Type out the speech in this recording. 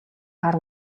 хар